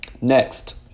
Next